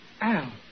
Al